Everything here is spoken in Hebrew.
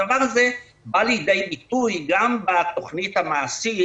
הדבר הזה בא לידי ביטוי גם בתוכנית המעשית,